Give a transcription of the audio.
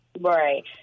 Right